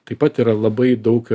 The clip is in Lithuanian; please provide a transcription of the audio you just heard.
taip pat yra labai daug